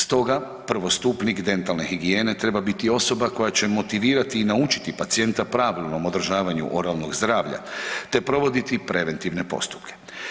Stoga prvostupnik dentalne higijene treba biti osoba koja će motivirati i naučiti pacijenta pravilnom održavanju oralnog zdravlja, te provoditi preventivne postupke.